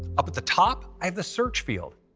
up at the top i have the search field,